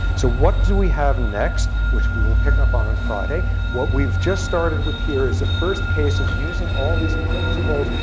so what do we have next, which we will pick up on on friday. what we've just started with here is the first case of using all these principles,